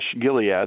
Gilead